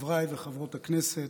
חברי וחברות הכנסת,